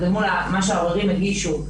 מול מה שהעוררים הגישו,